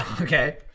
Okay